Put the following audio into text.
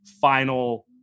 final